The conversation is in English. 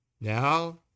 Now